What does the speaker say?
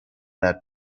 that